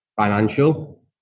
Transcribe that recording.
financial